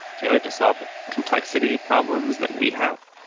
tailored to solve the complexity problems that we have,